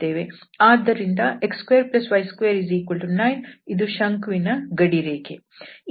ಆದ್ದರಿಂದ x2y29 ಇದು ಶಂಕುವಿನ ಗಡಿರೇಖೆ